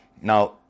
Now